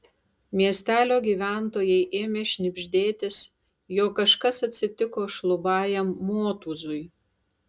miestelio gyventojai ėmė šnibždėtis jog kažkas atsitiko šlubajam motūzui